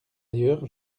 ailleurs